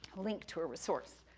link to a resource.